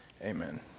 Amen